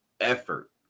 effort